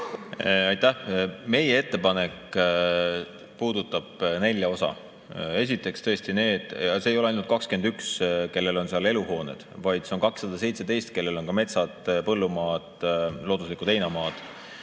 Aitäh! Meie ettepanek puudutab nelja osa. Esiteks tõesti need, ja mitte ainult 21, kellel on seal eluhooned, vaid 217, kellel on ka metsad, põllumaad, looduslikud heinamaad.